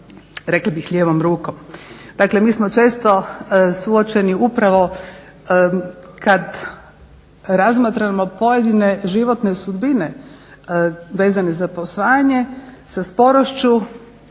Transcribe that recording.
rekli bi lijevom rukom. Dakle mi smo često suočeni upravo kada razmatramo pojedine životne sudbine vezane za posvajanje, sa sporošću